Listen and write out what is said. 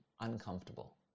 uncomfortable